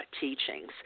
teachings